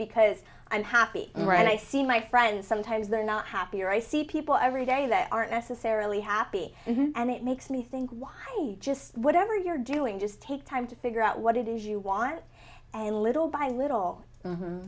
because i'm happy and when i see my friends sometimes they're not happy or i see people every day that aren't necessarily happy and it makes me think why just whatever you're doing just take time to figure out what it is you want and little by little